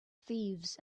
thieves